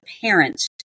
parent's